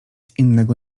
innego